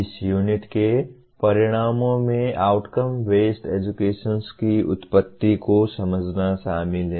इस यूनिट के परिणामों में आउटकम बेस्ड एजुकेशन की उत्पत्ति को समझना शामिल है